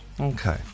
Okay